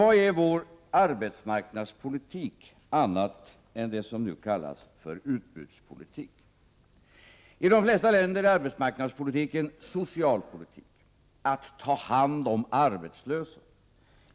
Vad är vår arbetsmarknadspolitik annat än det som nu kallas utbudspolitik? I de flesta länder är arbetsmarknadspoliktiken socialpolitik, att ta hand om arbetslösa.